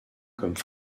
comme